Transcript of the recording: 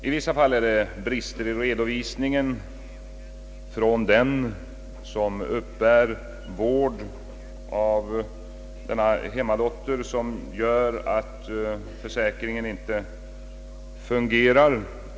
Ibland medför brister i redovisningen från den som uppbär vård given av en hemmadotter att försäkringen inte fungerar.